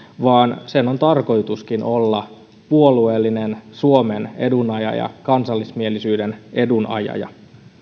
vaan sen on tarkoituskin olla puolueellinen suomen edun ajaja kansallismielisyyden edun ajaja